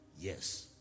Yes